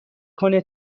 کنه